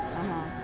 (uh huh)